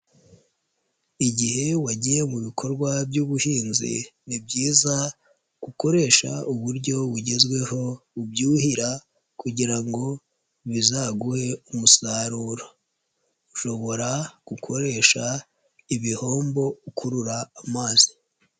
Igihe wagiye mu bikorwa by'ubuhinzi ni byiza gukoresha uburyo bugezweho ubyuhira kugira ngo bizaguhe umusaruro, ushobora gukoresha ibihombo ukurura amazi.